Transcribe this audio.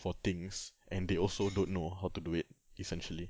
for things and they also don't know how to do it essentially